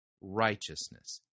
righteousness